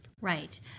Right